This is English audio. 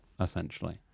essentially